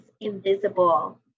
invisible